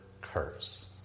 curse